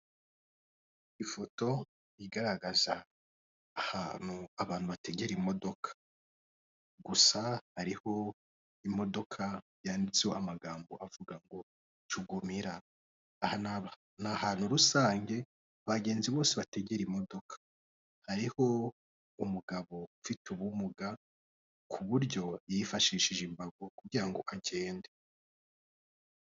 Ifoto igaragaza ahantu abantu bategera imodoka, gusa hariho imodoka yanditseho amagambo avuga ngo jugumira, aha ni ahantu rusange abagenzi bose bategera imodoka, hariho umugabo ufite ubumuga ku buryo yifashishije imbago kugira ngo agende.